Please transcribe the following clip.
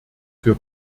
für